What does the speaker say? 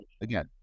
again